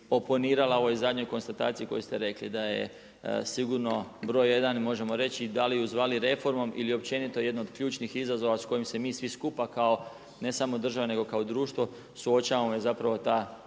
oponirala u ovoj zadnjoj konstataciji koju ste rekli, da je sigurno broj 1 i možemo reći da li ju zvali reformom ili općenito jedno od ključnih izazova s kojom se mi svi skupa kao ne samo država nego kao društvo je ta demografska